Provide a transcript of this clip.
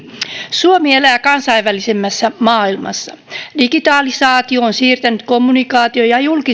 suomi elää kansainvälisemmässä maailmassa digitalisaatio on siirtänyt kommunikaatiojärjestelmät